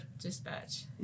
dispatch